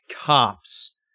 Cops